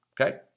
okay